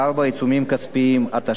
התשע"ב 2012,